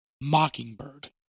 Mockingbird